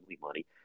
money